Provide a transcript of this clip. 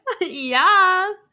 Yes